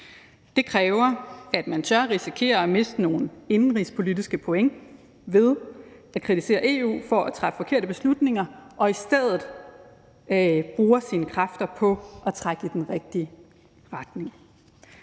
Det kræver, at man tør risikere at miste nogle indenrigspolitiske point, man kan få ved at kritisere EU for at træffe forkerte beslutninger, og i stedet bruger sine kræfter på at trække i den rigtige retning.